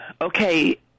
okay